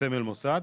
סמל מוסד,